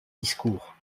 discours